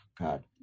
God